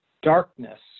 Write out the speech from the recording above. Darkness